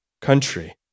country